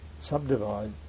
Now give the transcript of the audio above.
subdivide